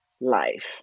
life